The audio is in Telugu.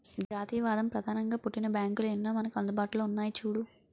జాతీయవాదం ప్రధానంగా పుట్టిన బ్యాంకులు ఎన్నో మనకు అందుబాటులో ఉన్నాయి చూడు